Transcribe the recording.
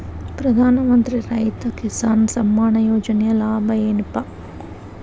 ಪ್ರಧಾನಮಂತ್ರಿ ರೈತ ಕಿಸಾನ್ ಸಮ್ಮಾನ ಯೋಜನೆಯ ಲಾಭ ಏನಪಾ?